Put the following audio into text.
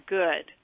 good